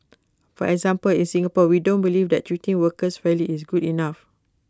for example in Singapore we don't believe that treating workers fairly is good enough